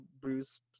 Bruce